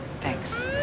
Thanks